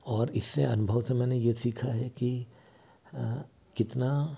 और इसे अनुभव से मैंने ये सीखा है कि कितना